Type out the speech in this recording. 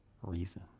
reason